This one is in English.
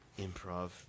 Improv